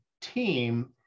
team